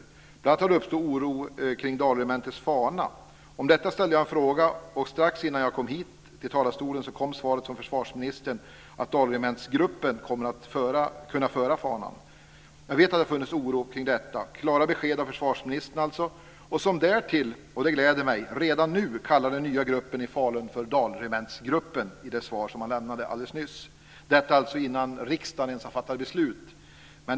Det har bl.a. uppstått oro kring Dalregementets fana. Om detta ställde jag en fråga, och strax innan jag kom hit kom svaret från försvarsministern att Dalregementsgruppen kommer att kunna föra fanan. Jag vet att det har funnits oro kring detta. Men det var klara besked från försvarsministern som därtill, och det gläder mig, redan nu kallar den nya gruppen i Falun för Dalregementsgruppen i det svar som han lämnade alldeles nyss - detta innan riksdagen hunnit trycka på röstknapparna.